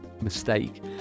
mistake